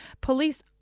police